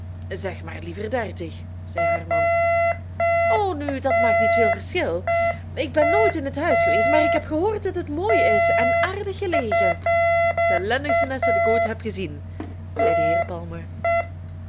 zeg maar liever dertig zei haar man o nu dat maakt niet veel verschil ik ben nooit in het huis geweest maar ik heb gehoord dat het mooi is en aardig gelegen t ellendigste nest dat ik ooit heb gezien zei de heer